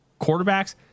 quarterbacks